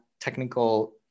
technical